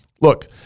Look